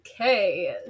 Okay